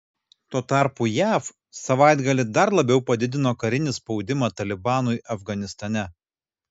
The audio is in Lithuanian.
tuo tarpu jav savaitgalį dar labiau padidino karinį spaudimą talibanui afganistane